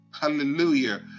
hallelujah